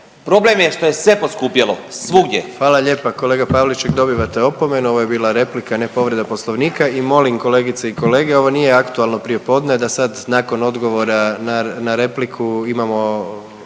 problem je što je sve poskupjelo, svugdje.